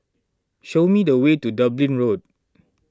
show me the way to Dublin Road